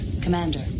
commander